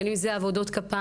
בין אם זה עבודות כפיים,